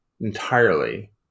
entirely